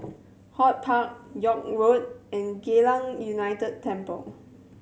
HortPark York Road and Geylang United Temple